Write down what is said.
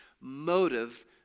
Motive